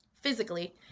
physically